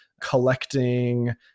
collecting